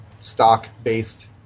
stock-based